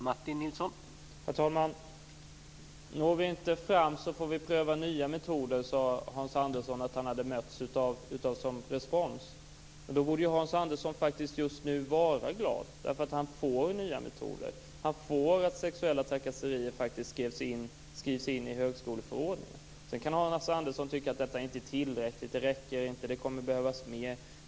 Herr talman! Når vi inte fram får vi pröva nya metoder, sade Hans Andersson att han hade mött som respons. Då borde Hans Andersson just nu vara glad, eftersom han får nya metoder. Han får att regler mot sexuella trakasserier skrivs in i högskoleförordningen. Sedan kan naturligtvis Hans Andersson tycka att detta inte är tillräckligt och att det kommer att behövas mer.